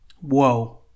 Whoa